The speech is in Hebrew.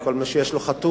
כל מי שיש לו חתול,